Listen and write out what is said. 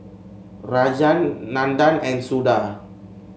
Rajan Nandan and Suda